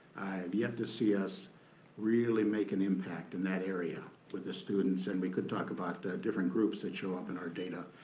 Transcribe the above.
have yet to see us really make an impact in that area with the students, and we could talk about different groups that show up in our data,